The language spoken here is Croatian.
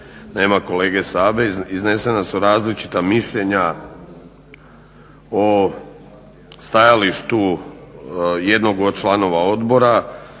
nema kolege Sabe, iznesena su različita mišljenja o stajalištu jednog od članova odbora